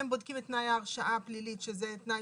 הם בודקים את תנאי ההרשעה הפלילית שזה תנאי